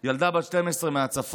ילדה בת 12 מהצפון